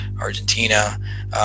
Argentina